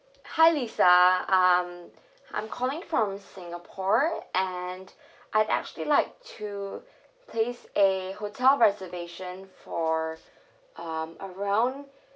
hi lisa um I'm calling from singapore and I'd actually like to make a hotel reservation for um around